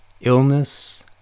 illness